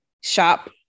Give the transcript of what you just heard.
shop